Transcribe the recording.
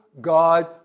God